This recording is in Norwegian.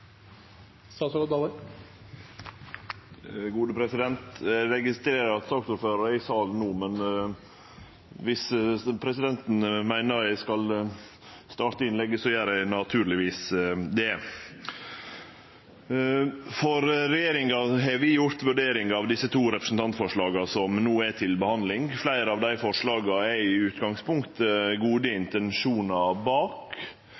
statsråd Jon Georg Dale. Eg registrerer at saksordføraren er i salen no, men viss presidenten meiner eg skal starte innlegget, gjer eg naturlegvis det. Regjeringa har gjort ei vurdering av desse to representantforslaga som no er til behandling. Fleire av dei forslaga er det i utgangspunktet gode intensjonar bak.